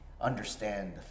understand